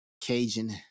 Cajun